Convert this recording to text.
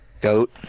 Goat